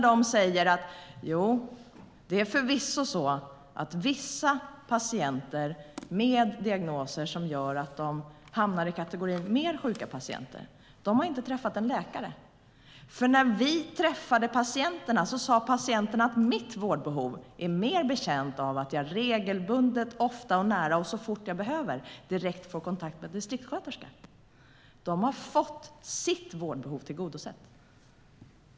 De säger: Det är förvisso så att vissa patienter med diagnoser som gör att de hamnar i kategorin mer sjuka patienter inte har träffat en läkare. Men när vi träffade patienterna sa patienterna: Mitt vårdbehov är mer betjänt av att jag regelbundet, ofta, nära och så fort jag behöver direkt får kontakt med distriktsköterska. De har fått sitt vårdbehov tillgodosett.